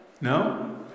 No